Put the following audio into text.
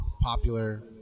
popular